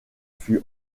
fut